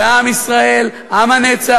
ועם ישראל הוא עם הנצח,